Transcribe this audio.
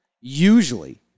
usually